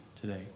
today